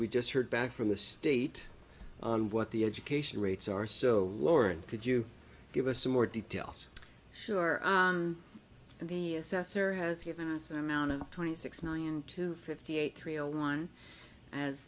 we just heard back from the state on what the education rates are so lauren could you give us some more details sure and the assessor has given us an amount of twenty six million to fifty eight three zero one as